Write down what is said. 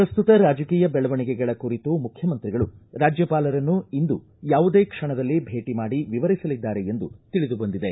ಪ್ರಸ್ತುತ ರಾಜಕೀಯ ಬೆಳವಣಿಗೆಗಳ ಕುರಿತು ಮುಖ್ಯಮಂತ್ರಿಗಳು ರಾಜ್ಯಪಾಲರನ್ನು ಇಂದು ಯಾವುದೇ ಕ್ಷಣದಲ್ಲಿ ಭೇಟ ಮಾಡಿ ವಿವರಿಸಲಿದ್ದಾರೆ ಎಂದು ತಿಳಿದುಬಂದಿದೆ